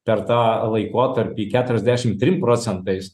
per tą laikotarpį keturiasdešimt trim procentais